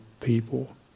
people